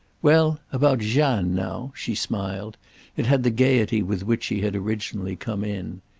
well, about jeanne now? she smiled it had the gaiety with which she had originally come in.